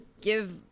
give